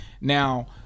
now